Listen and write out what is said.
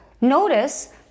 Notice